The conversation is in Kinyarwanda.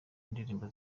indirimbo